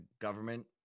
government